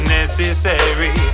necessary